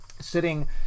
sitting